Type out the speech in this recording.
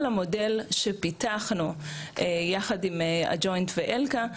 המודל שפיתחנו יחד עם הג'וינט ואלקה,